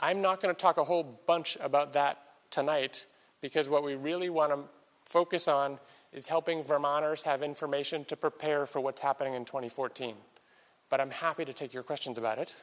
i'm not going to talk a whole bunch about that tonight because what we really want to focus on is helping vermonters have information to prepare for what's happening in two thousand and fourteen but i'm happy to take your questions about it